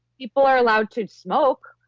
people are allowed to smoke.